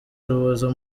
rubozo